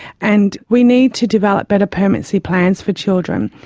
and we need to develop better permanency plans for children.